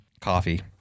Coffee